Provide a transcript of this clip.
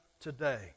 today